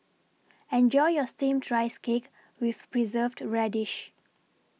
Enjoy your Steamed Rice Cake with Preserved Radish